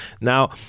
Now